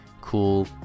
cool